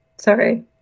sorry